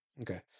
Okay